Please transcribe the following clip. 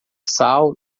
sal